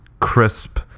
crisp